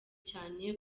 cyane